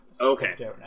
Okay